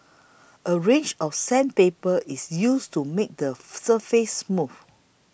a range of sandpaper is used to make the surface smooth